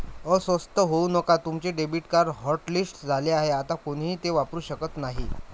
अस्वस्थ होऊ नका तुमचे डेबिट कार्ड हॉटलिस्ट झाले आहे आता कोणीही ते वापरू शकत नाही